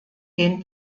den